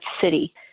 city